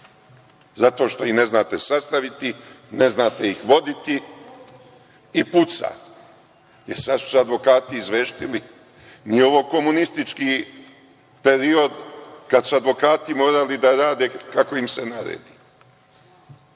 Zato što ih ne znate sastaviti, ne znate ih voditi i puca. Sada su se advokati izveštili. Nije ovo komunistički period kada su advokati morali da rade kako im se naredi.